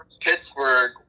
Pittsburgh